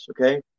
okay